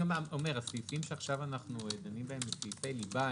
הסעיפים שאנו דנים בהם הם סעיפי ליבה,